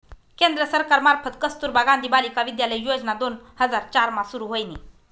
केंद्र सरकार मार्फत कस्तुरबा गांधी बालिका विद्यालय योजना दोन हजार चार मा सुरू व्हयनी